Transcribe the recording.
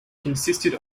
consisted